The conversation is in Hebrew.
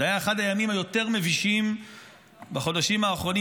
זה היה אחד הימים היותר מבישים בחודשים האחרונים,